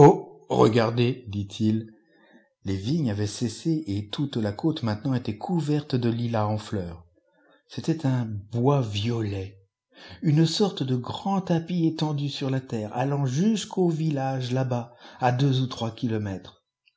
regardez dit-il les vignes avaient cessé et toute la côte maintenant était couverte de hias en fleurs c'était un bois violet une sorte de grand tapis étendu sur la terre allant jusqu'au village là-bas à deux ou trois kilomètres